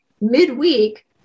midweek